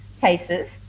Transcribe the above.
cases